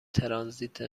ترانزیت